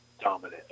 dominant